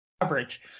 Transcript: coverage